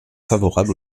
favorable